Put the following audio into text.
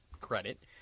credit